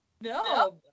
No